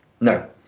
no